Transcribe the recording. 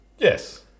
Yes